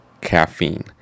caffeine